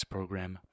Program